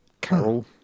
carol